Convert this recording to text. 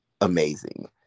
amazing